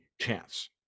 chance